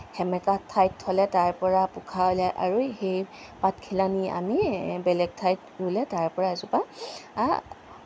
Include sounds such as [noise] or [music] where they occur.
সেমেকা ঠাইত থ'লে তাৰ পৰা পোখা ওলায় আৰু সেই পাতখিলা নি আমি বেলেগ ঠাইত ৰুলে তাৰ পৰা এজোপা [unintelligible]